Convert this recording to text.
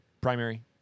Primary